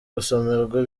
gusomerwa